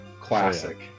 Classic